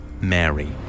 Mary